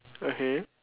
okay